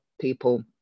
people